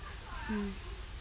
mm